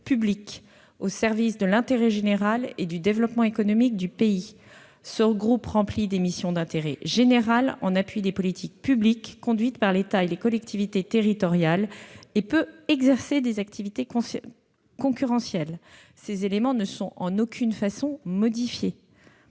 public au service de l'intérêt général et du développement économique du pays. Ce groupe remplit des missions d'intérêt général en appui des politiques publiques conduites par l'État et les collectivités territoriales et peut exercer des activités concurrentielles. [...]« La Caisse des dépôts